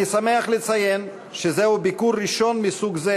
אני שמח לציין שזה ביקור ראשון מסוג זה